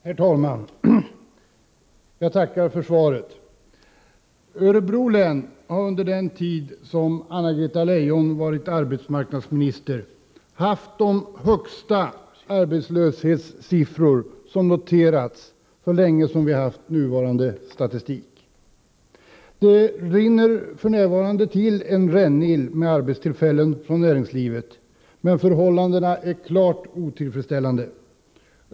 Herr talman! Jag tackar för svaret. Örebro län har under den tid som Anna-Greta Leijon varit arbetsmarknadsminister haft de högsta arbetslöshetssiffror som noterats sedan nuvarande statistik började föras. Det rinner f.n. till en rännil med arbetstillfällen från näringslivet, men förhållandena är klart otillfredsställande.